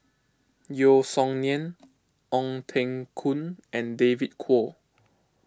Yeo Song Nian Ong Teng Koon and David Kwo